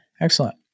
excellent